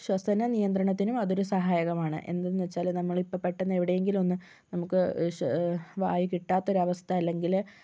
ശ്വസന നിയന്ത്രണത്തിനും അതൊരു സഹായകമാണ് എന്തെന്ന് വച്ചാല് നമ്മളിപ്പോൾ പെട്ടന്ന് എവിടെയെങ്കിലും ഒന്ന് നമുക്ക് ഒരു ശ്വ വായു കിട്ടാത്തൊരവസ്ഥ അല്ലെങ്കില്